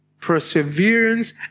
perseverance